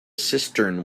cistern